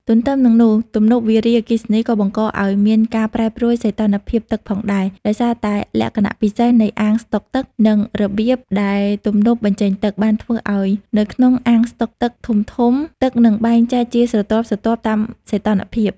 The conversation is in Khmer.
ទន្ទឹមនឹងនោះ ទំនប់វារីអគ្គិសនីក៏បង្កឱ្យមានការប្រែប្រួលសីតុណ្ហភាពទឹកផងដែរ ដោយសារតែលក្ខណៈពិសេសនៃអាងស្តុកទឹក និងរបៀបដែលទំនប់បញ្ចេញទឹក បានធ្វើឲ្យនៅក្នុងអាងស្តុកទឹកធំៗ ទឹកនឹងបែងចែកជាស្រទាប់ៗតាមសីតុណ្ហភាព។